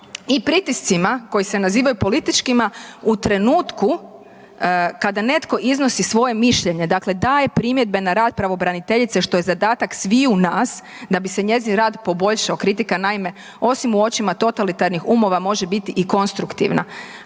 i pritiscima koji se nazivaju političkima u trenutku kada netko iznosi svoje mišljenje, dakle daje primjedbe na rad pravobraniteljice što je zadatak sviju nas da bi se njezin rad poboljšao, kritika naime osim u očima totalitarnih umova, može biti i konstruktivna,